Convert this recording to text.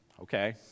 Okay